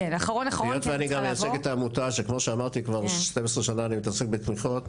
היות ואני גם מייצג את העמותה כמו שאמרתי כ-12 שנים אני מתעסק בתמיכות,